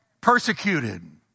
Persecuted